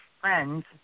friends